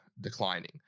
declining